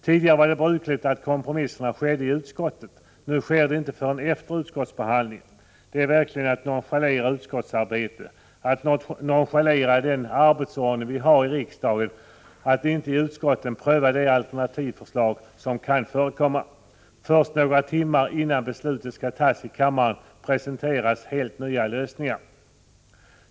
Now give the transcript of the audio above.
Tidigare var det brukligt att kompromisserna skedde i utskotten. Nu sker de inte förrän efter utskottsbehandlingen. Det är verkligen att nonchalera utskottsarbetet och att nonchalera den arbetsordning vi har i riksdagen, när man inte i utskotten prövar de alternativförslag som kan förekomma. Först några timmar innan beslut skall fattas i kammaren presenteras helt nya lösningar.